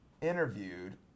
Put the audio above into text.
interviewed